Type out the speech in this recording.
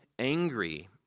angry